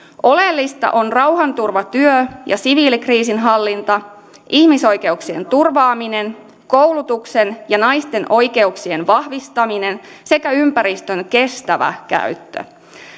oleellista on rauhanturvatyö ja siviilikriisinhallinta ihmisoikeuksien turvaaminen koulutuksen ja naisten oikeuksien vahvistaminen sekä ympäristön kestävä käyttö